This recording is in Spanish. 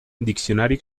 diccionario